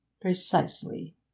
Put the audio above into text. precisely